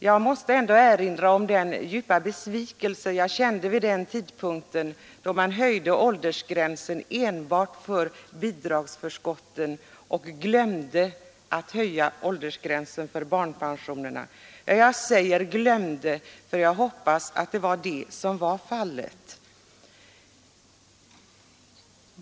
Jag måste erinra om den djupa besvikelse jag kände vid den tidpunkt då man höjde åldersgränsen enbart för bidragsförskotten och glömde att höja åldersgränsen för barnpensionerna. Jag säger glömde, för jag hoppas att det var vad som var fallet.